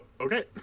okay